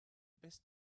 best